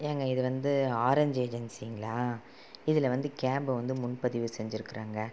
ஏங்க இது வந்து ஆரஞ்சு ஏஜென்சிங்களா இதில் வந்து கேம்பு வந்து முன்பதிவு செஞ்சிருக்கிறேங்க